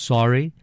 Sorry